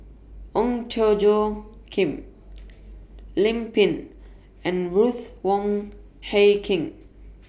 Ong Tjoe Kim Lim Pin and Ruth Wong Hie King